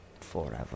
Forever